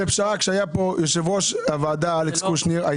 כשהיה פה יושב-ראש הוועדה אלכס קושניר,